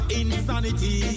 insanity